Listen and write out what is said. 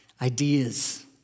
ideas